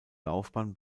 laufbahn